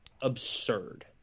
absurd